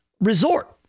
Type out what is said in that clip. resort